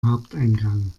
haupteingang